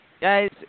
Guys